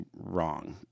wrong